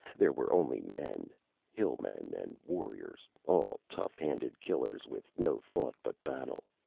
there were only men hillmen and warriors all, tough-handed killers with no thought but battle.